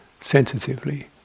sensitively